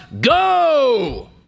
go